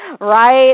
Right